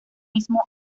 mismo